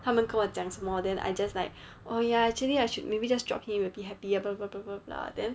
他们跟我讲什么 then I just like oh ya actually I should maybe just drop him I'll will be happy